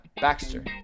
Baxter